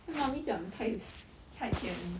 then mummy 讲太 太甜